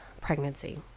pregnancy